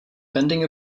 pending